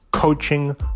coaching